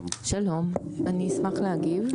שלום, אני אשמח להגיב.